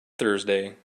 thursday